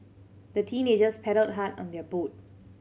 the teenagers paddled hard on their boat